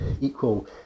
equal